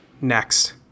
Next